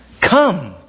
come